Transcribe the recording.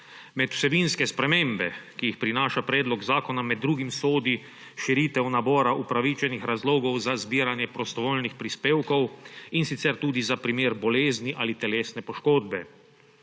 Med vsebinske spremembe, ki jih prinaša predlog zakona, med drugim sodi širitev nabora upravičenih razlogov za zbiranje prostovoljnih prispevkov, in sicer tudi za primer bolezni ali telesne poškodbe.